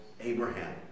Abraham